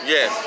Yes